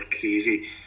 crazy